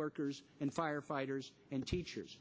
workers and firefighters and teachers